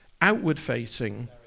outward-facing